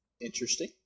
interesting